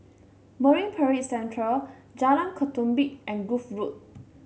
Marine Parade Central Jalan Ketumbit and Grove Road